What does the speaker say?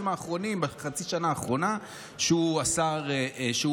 האחרונים או בחצי השנה האחרונה כשהוא בממשלה.